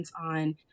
on